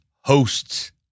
hosts